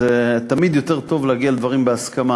תמיד יותר טוב להגיע לדברים בהסכמה.